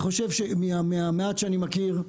מהמעט שאני מכיר,